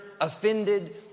offended